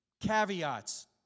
caveats